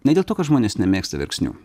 ne dėl to kad žmonės nemėgsta verksnių